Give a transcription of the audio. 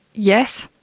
yes,